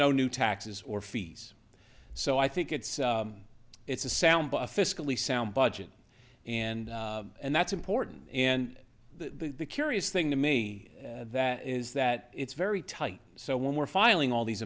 no new taxes or fees so i think it's it's a sound fiscally sound budget and and that's important and the curious thing to me that is that it's very tight so when we're filing all these